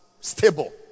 stable